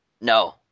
No